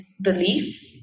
belief